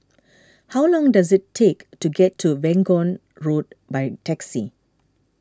how long does it take to get to Vaughan Road by taxi